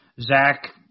Zach